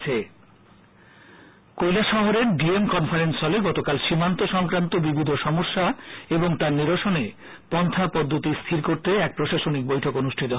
বৈঠক কৈলাসহর কৈলাসহরের DM conference হলে গতকাল সীমান্ত সংক্রান্ত বিবিধ সমস্যা ও তার নিরসনে পন্হা পদ্ধতি স্হির করতে এক প্রশাসনিক বৈঠক হয়